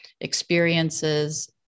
experiences